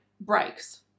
breaks